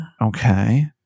Okay